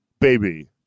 baby